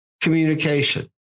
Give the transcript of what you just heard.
Communication